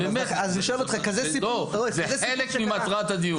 זה חלק ממטרת הדיון.